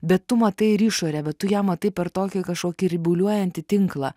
bet tu matai ir išorę va tu ją matai per tokį kažkokį ribuliuojantį tinklą